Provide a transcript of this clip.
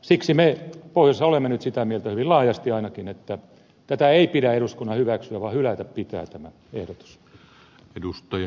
siksi me pohjoisessa olemme nyt sitä mieltä hyvin laajasti ainakin että tätä ei pidä eduskunnan hyväksyä vaan hylätä pitää tämä ehdotus